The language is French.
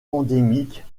endémiques